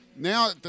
Now